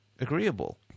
agreeable